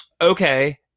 Okay